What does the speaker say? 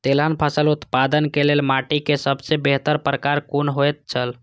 तेलहन फसल उत्पादन के लेल माटी के सबसे बेहतर प्रकार कुन होएत छल?